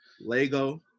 Lego